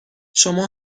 شما